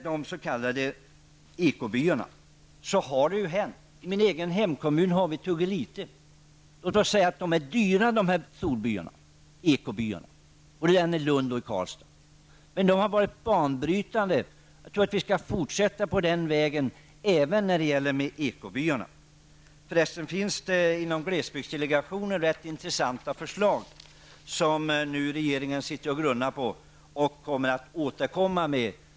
De s.k. ekobyarna är dyra. Det gäller både Solbyn i Lund och ekobyn Tuggelite i min egen hemkommun Karlstad. De har dock varit banbrytande. Jag tror att vi skall fortsätta på den vägen även när det gäller ekobyarna. Inom glesbygdsdelegationen finns för resten ganska intressanta förslag som regeringen nu funderar över och kommer att återkomma till.